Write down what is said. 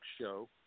show